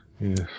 Yes